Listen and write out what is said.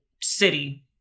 city